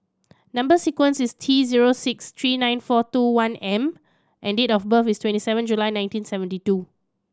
number sequence is T zero six three nine four two one M and date of birth is twenty seven July nineteen seventy two